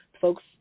folks